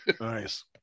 Nice